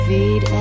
Feed